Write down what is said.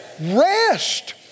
rest